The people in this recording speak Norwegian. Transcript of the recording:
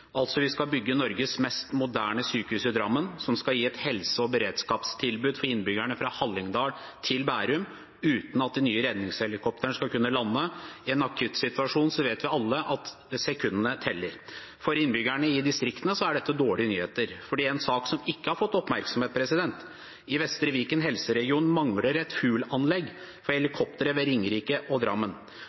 Vi skal altså bygge Norges mest moderne sykehus i Drammen, som skal gi et helse- og beredskapstilbud for innbyggerne fra Hallingdal til Bærum, uten at de nye redningshelikoptrene skal kunne lande der. I en akuttsituasjon vet vi alle at sekundene teller. For innbyggerne i distriktene er dette dårlige nyheter, for en sak som ikke har fått oppmerksomhet, er at det i Vestre Viken helseregion mangler et fuelanlegg for helikoptre ved Ringerike og Drammen.